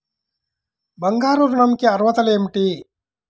బంగారు ఋణం కి అర్హతలు ఏమిటీ?